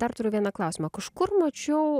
dar turiu vieną klausimą kažkur mačiau